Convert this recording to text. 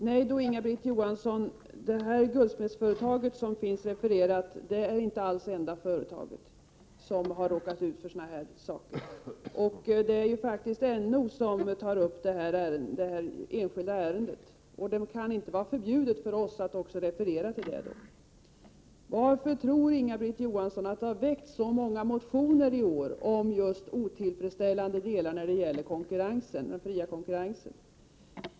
Herr talman! Nej, Inga-Britt Johansson, fallet med guldsmedsföretaget som finns refererat i betänkandet är inte det enda. Det är faktiskt NO som tar upp detta enskilda ärende. Det kan då inte vara förbjudet för oss att referera till det. Varför tror Inga-Britt Johansson att så många motioner har väckts i år om just det otillfredsställande med den fria konkurrensen?